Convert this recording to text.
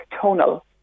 tonal